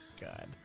God